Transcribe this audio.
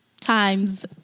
times